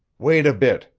wait a bit,